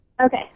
Okay